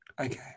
Okay